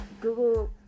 Google